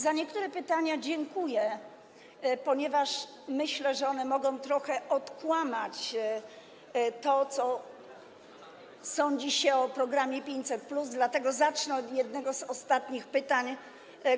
Za niektóre pytania dziękuję, ponieważ myślę, że one mogą trochę odkłamać to, co sądzi się o programie 500+, dlatego zacznę od jednego z ostatnich pytań,